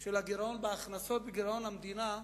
של הגירעון בהכנסות המדינה,